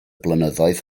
blynyddoedd